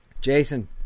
Jason